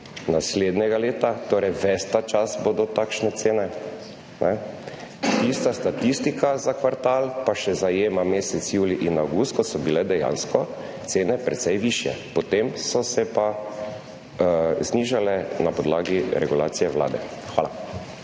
naslednjega leta, torej ves ta čas bodo takšne cene. Tista statistika za kvartal pa še zajema mesec julij in avgust, ko so bile dejansko cene precej višje, potem so se pa znižale na podlagi regulacije Vlade. Hvala.